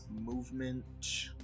movement